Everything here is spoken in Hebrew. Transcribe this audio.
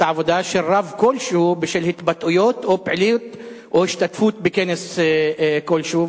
העבודה של רב כלשהו בשל התבטאויות או פעילות או השתתפות בכנס כלשהו.